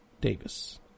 Davis